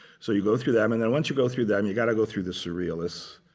so you go through them. and then once you go through them, you've got to go through this surrealists,